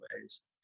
ways